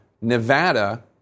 Nevada